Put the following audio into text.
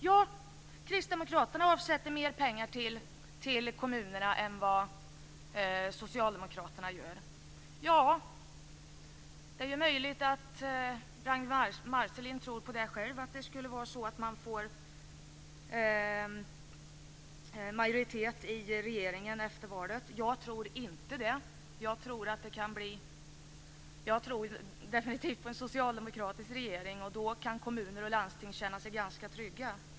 Ja, Kristdemokraterna avsätter mer pengar till kommunerna än vad Socialdemokraterna gör. Det är möjligt att Ragnwi Marcelind tror själv på att ni skulle få majoritet i riksdagen efter valet. Jag tror inte det, utan jag tror definitivt på en socialdemokratisk regering. Då kan kommuner och landsting känna sig ganska trygga.